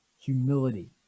Humility